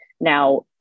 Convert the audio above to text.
Now